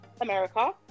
America